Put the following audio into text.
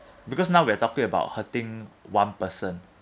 because now we're talking about hurting one person